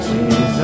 Jesus